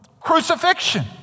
crucifixion